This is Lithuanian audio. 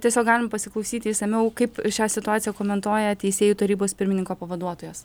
tiesiog galime pasiklausyti išsamiau kaip šią situaciją komentuoja teisėjų tarybos pirmininko pavaduotojas